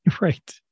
Right